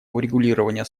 урегулирования